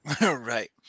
Right